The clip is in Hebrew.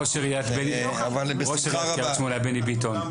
ראש עיריית דימונה בני ביטון,